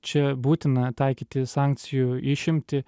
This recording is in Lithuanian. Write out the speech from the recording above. čia būtina taikyti sankcijų išimtį